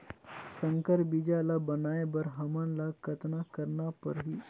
संकर बीजा ल बनाय बर हमन ल कतना करना परही?